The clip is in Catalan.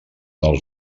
els